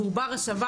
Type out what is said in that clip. והוא בר הסבה.